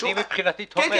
אני מבחינתי תומך.